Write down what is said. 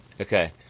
Okay